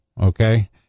okay